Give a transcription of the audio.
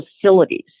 facilities